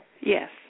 Yes